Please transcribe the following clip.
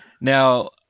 Now